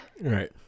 right